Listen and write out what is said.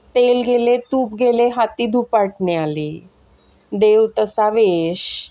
तेल गेले तूप गेले हाती धुपाटणे आले देश तसा वेश